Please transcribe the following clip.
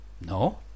No